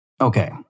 Okay